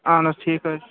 اہَن حظ ٹھیٖک حظ چھُ